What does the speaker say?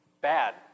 Bad